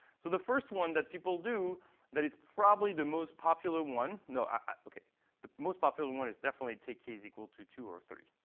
so the first one that people do that is probably the most popular one ah ok, the most popular one is definitely take k is equal to two or three,